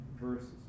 verses